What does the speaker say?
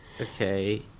Okay